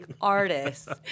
artists